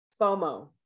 FOMO